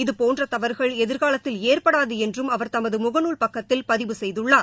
இதுபோன்ற தவறுகள் எதிர்காலத்தில் ஏற்படாது என்றும் அவர் தமது முகநூல் பக்கத்தில் பதிவு செய்துள்ளார்